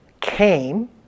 came